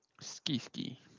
Ski-ski